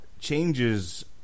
changes